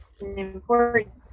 important